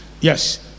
yes